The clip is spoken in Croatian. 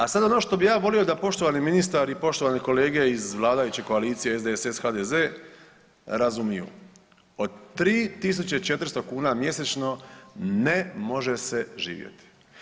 A sad ono što bi ja volio da poštovani ministar i poštovane kolege iz vladajuće koalicije SDSS-HDZ razumiju, od 3.400 kuna mjesečno ne može se živjeti.